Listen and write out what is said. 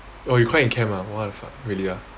oh you cry in camp ah what the fuck really ah